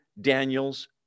Daniel's